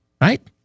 right